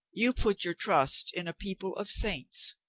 you put your trust in a people of saints